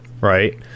right